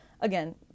again